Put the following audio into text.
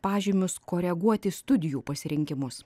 pažymius koreguoti studijų pasirinkimus